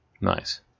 Nice